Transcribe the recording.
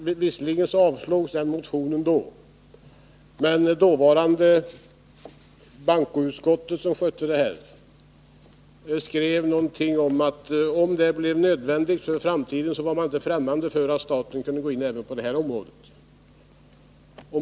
Visserligen avslogs den motionen då, men bankoutskottet, som behandlade detta ärende, skrev att om det blir nödvändigt i framtiden, så var man inte främmande för att staten kunde gå in även på det området.